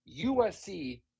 USC